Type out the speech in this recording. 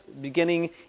beginning